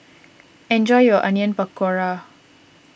enjoy your Onion Pakora